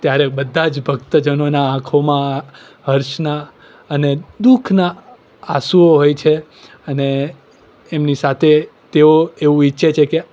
ત્યારે બધા જ ભક્તજનોના આંખોમાં હર્ષના અને દુઃખના આંસુઓ હોય છે અને એમની સાથે તેઓ એવું ઈચ્છે છે કે